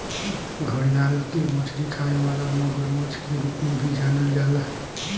घड़ियाल के मछरी खाए वाला मगरमच्छ के रूप में भी जानल जाला